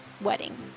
Wedding